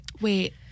wait